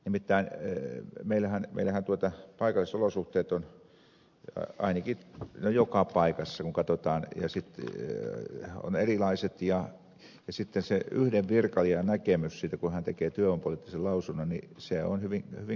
mitä ei meillä hän elää tuota nimittäin meillähän paikallisolosuhteet ainakin no joka paikassa kun katsotaan ovat erilaiset ja sitten se yhden virkailijan näkemys kun hän tekee työvoimapoliittisen lausunnon on hyvin kaita alainen